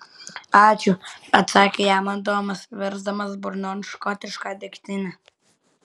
ačiū atsakė jam adomas versdamas burnon škotišką degtinę